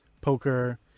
poker